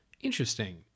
Interesting